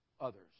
others